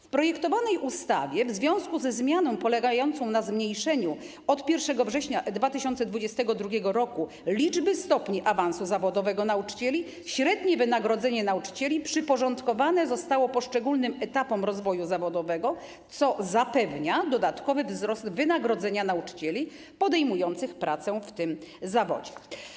W projektowanej ustawie w związku ze zmianą polegającą na zmniejszeniu od 1 września 2022 r. liczby stopni awansu zawodowego nauczycieli średnie wynagrodzenie nauczycieli przyporządkowane zostało poszczególnym etapom rozwoju zawodowego, co zapewnia dodatkowy wzrost wynagrodzenia nauczycieli podejmujących pracę w tym zawodzie.